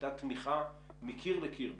הייתה תמיכה מקיר לקיר בכנסת,